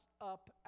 up